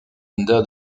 under